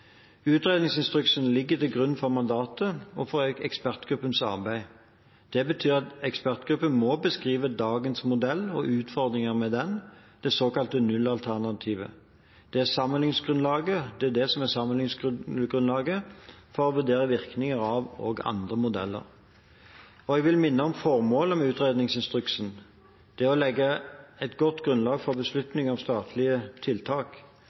Utredningsinstruksen ligger til grunn for mandatet og for ekspertgruppens arbeid. Det betyr at ekspertgruppen må beskrive dagens modell og utfordringene med den – det såkalte nullalternativet. Det er det som er sammenlikningsgrunnlaget for å vurdere virkninger av andre modeller. Jeg vil minne om formålet med utredningsinstruksen. Det er å legge et godt grunnlag for beslutninger om statlige tiltak.